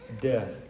death